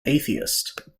atheist